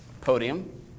podium